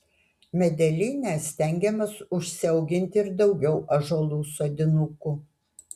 medelyne stengiamės užsiauginti ir daugiau ąžuolų sodinukų